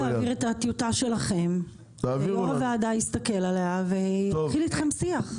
אולי תעביר את הטיוטה שלכם ויו"ר הוועדה יסתכל עליה ויתחיל איתכם שיח?